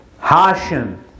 Hashim